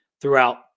throughout